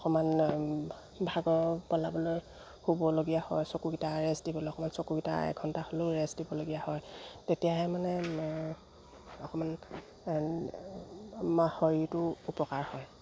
অকণমান ভাগৰ পলাবলৈ শুবলগীয়া হয় চকুকেইটা ৰেষ্ট দিবলৈ অকণমান চকুকেইটা এঘণ্টা হ'লেও ৰেষ্ট দিবলগীয়া হয় তেতিয়াহে মানে অকণমান আমাৰ শৰীৰটো উপকাৰ হয়